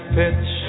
pitch